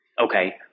Okay